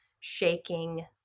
shaking